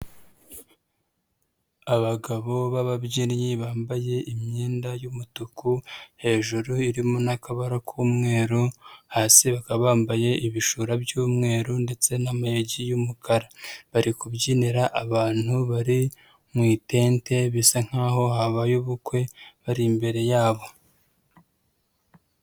Abagabo b'ababyinnyi bambaye imyenda y'umutuku hejuru irimo n'akabara k'umweru, hasi bakaba bambaye ibishura by'umweru ndetse n'amayogi y'umukara. Bari kubyinira abantu bari mu itente, bisa nk'aho habaye ubukwe, bari imbere yabo.